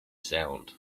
sound